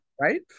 right